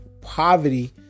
poverty